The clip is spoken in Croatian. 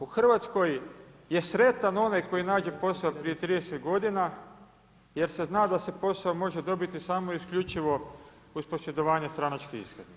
U Hrvatskoj je sretan onaj koji nađe posao prije 30 godina jer se zna da se posao može dobiti samo i isključivo uz posjedovanje stranačke iskaznice.